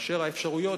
כאשר האפשרויות,